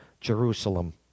Jerusalem